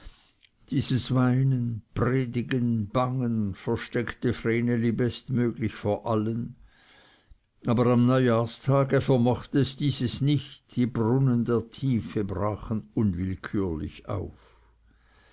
dieses weinen predigen bangen versteckte vreneli bestmöglichst vor allen aber am neujahrstage vermochte es dieses nicht die brunnen der tiefe brachen unwillkürlich auf